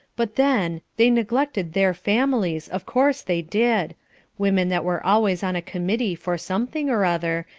but then! they neglected their families, of course they did women that were always on a committee for something or other,